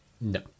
no